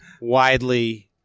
widely